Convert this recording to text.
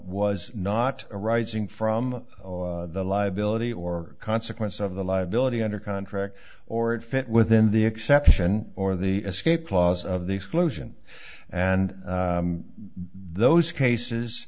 was not arising from the liability or consequence of the liability under contract or it fit within the exception or the escape clause of the exclusion and those cases